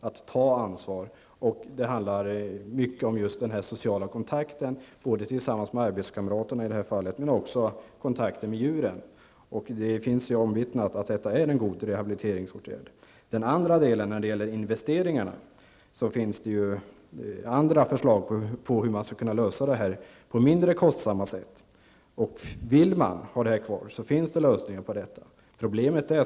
Det handlar också mycket om de sociala kontakterna med arbetskamraterna. Men det gäller också kontakten med djuren, och det är omvittnat att detta är en mycket bra rehabiliteringsåtgärd. I frågan om investeringarna finns det förslag om hur man skulle kunna lösa detta på ett mindre kostsamt sätt. Vill man ha denna verksamhet kvar, finns det möjligheter att klara finansieringen.